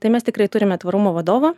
tai mes tikrai turime tvarumo vadovą